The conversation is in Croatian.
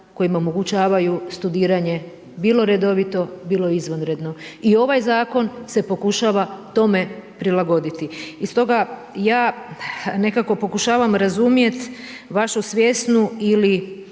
koji mu omogućavaju studiranje bilo redovito, bilo izvanredno. I ovaj zakon se pokušava tome prilagoditi. I stoga ja nekako pokušavam razumijeti vašu svjesnu ili